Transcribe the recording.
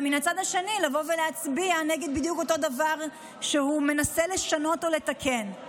ומהצד האחר לבוא ולהצביע נגד בדיוק באותו הדבר שהוא מנסה לשנות או לתקן.